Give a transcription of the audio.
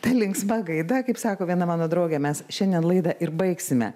ta linksma gaida kaip sako viena mano draugė mes šiandien laidą ir baigsime